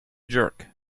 jerk